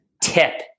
tip